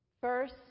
First